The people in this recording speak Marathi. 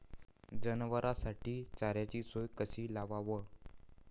जनावराइसाठी चाऱ्याची सोय कशी लावाव?